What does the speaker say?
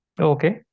okay